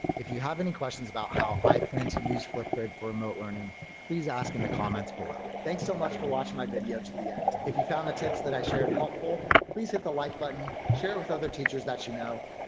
if you have any questions about how i plan to use flipgrid for remote learning please ask in the comments below! thanks so much for watching my video to the end. if you found the tips that i shared helpful please, hit the like button, share with other teachers that you know,